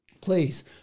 please